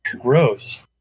Gross